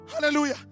Hallelujah